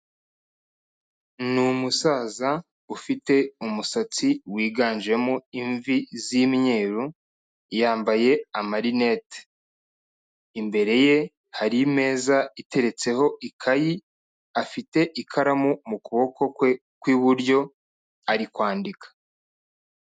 Ni umusaza ufite umusatsi wiganjemo imvi z'imyeru, yambaye amarinete, imbere ye hari imeza iteretseho ikayi, afite ikaramu mu kuboko kwe kw'iburyo ari kwandika.